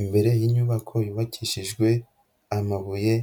Imbere y'inyubako yubakishijwe amabuye